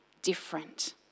different